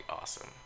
awesome